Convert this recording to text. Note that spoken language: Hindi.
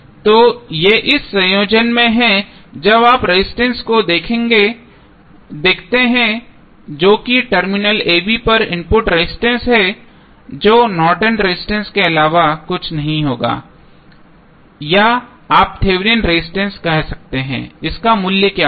तो ये इस संयोजन में हैं जब आप रेजिस्टेंस को देखते हैं जो कि टर्मिनल a b पर इनपुट रेजिस्टेंस है जो नॉर्टन रेजिस्टेंस Nortons resistance के अलावा कुछ नहीं होगा या आप थेवेनिन रेजिस्टेंस कह सकते हैं इसका क्या मूल्य होगा